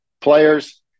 players